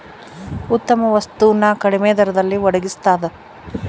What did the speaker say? ಉತ್ತಮ ವಸ್ತು ನ ಕಡಿಮೆ ದರದಲ್ಲಿ ಒಡಗಿಸ್ತಾದ